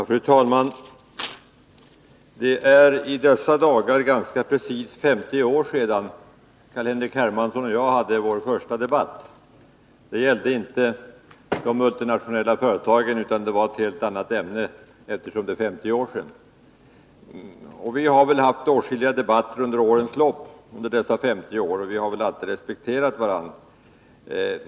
Fru talman! Det är i dessa dagar ganska precis 50 år sedan Carl-Henrik Hermansson och jag hade vår första debatt. Då gällde det inte multinationella företag utan ett helt annat ämne. Under dessa 50 år har vi debatterat åtskilliga gånger och väl alltid respekterat varandra.